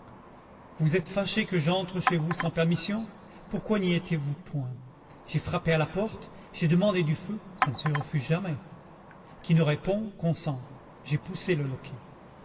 vous êtes fâché que j'entre chez vous sans permission pourquoi n'y étiez-vous point j'ai frappé à la porte j'ai demandé du feu ça ne se refuse jamais qui ne répond consent j'ai poussé le loquet